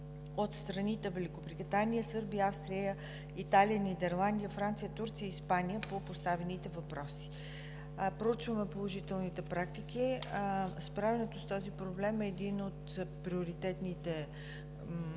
от Великобритания, Сърбия, Австрия, Италия, Нидерландия, Франция, Турция и Испания по поставените въпроси. Проучваме положителните практики. Справянето с този проблем е един от приоритетните, по